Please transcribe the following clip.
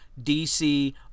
DC